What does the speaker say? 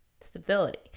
stability